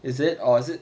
is it or is it